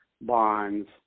bonds